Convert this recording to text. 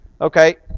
Okay